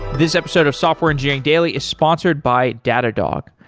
this episode of software engineering daily is sponsored by datadog.